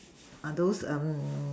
are those